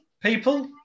people